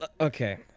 okay